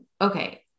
Okay